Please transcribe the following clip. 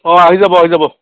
অঁ আহি যাব আহি যাব